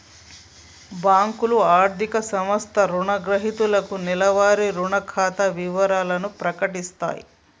బ్యేంకులు, ఆర్థిక సంస్థలు రుణగ్రహీతలకు నెలవారీ రుణ ఖాతా వివరాలను ప్రకటిత్తయి